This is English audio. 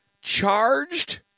charged